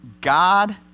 God